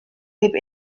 heb